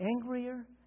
angrier